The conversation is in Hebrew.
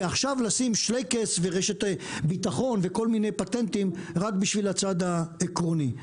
ועכשיו לשים שלייקעס ורשת ביטחון וכל מיני פטנטים רק בשביל הצד העקרוני.